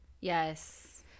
Yes